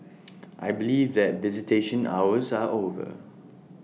I believe that visitation hours are over